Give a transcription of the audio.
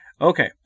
Okay